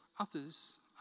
others